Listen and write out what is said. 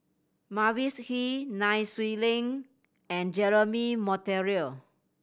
Mavis Hee Nai Swee Leng and Jeremy Monteiro